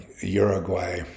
Uruguay